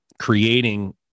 creating